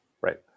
Right